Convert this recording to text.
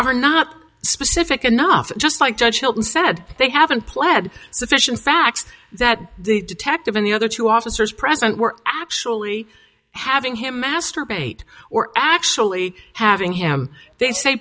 are not specific enough just like judge hilton said they haven't pled sufficient facts that the detective in the other two officers present were actually having him masturbate or actually having him they say